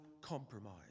compromise